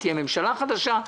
עד שתהיה ממשלה חדשה.